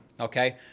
okay